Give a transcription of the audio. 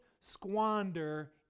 squander